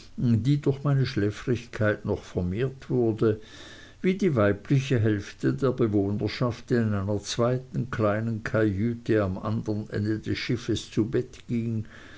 die durch meine schläfrigkeit noch vermehrt wurde wie die weibliche hälfte der bewohnerschaft in einer zweiten kleinen kajüte am andern ende des schiffes zu bett ging